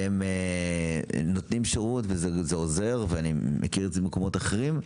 והם נותנים שירות וזה עוזר ואני מכיר את זה ממקומות אחרים.